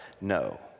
no